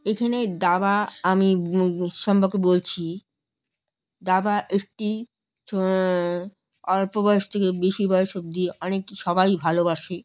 এখানে দাবা আমি এর সম্পর্কে বলছি দাবা একটি অল্প বয়স থেকে বেশি বয়স অবধি অনেক সবাই ভালোবাসে